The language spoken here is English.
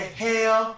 hell